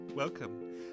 Welcome